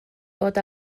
fod